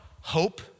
hope